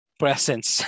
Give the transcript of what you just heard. presence